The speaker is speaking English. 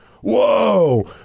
Whoa